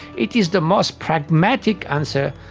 it is the most pragmatic answer,